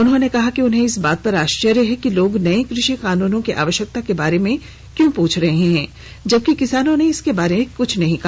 उन्होंने कहा कि उन्हें इस बात पर आश्चर्य हो रहा है कि लोग नए कृषि कानूनों की आवश्यकता के बारे में क्यों पूछ रहे हैं जबकि किसानों ने इसके बारे में कुछ नहीं कहा